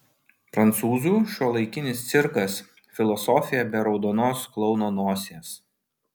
prancūzų šiuolaikinis cirkas filosofija be raudonos klouno nosies